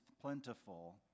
plentiful